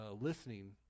listening